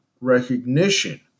recognition